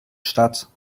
statt